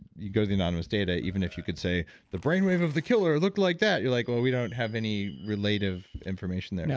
you go to the anonymous data, even if you could say the brainwave of the killer looked like that. you're like well, we don't have any relative information there.